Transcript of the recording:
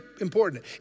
important